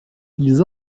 ils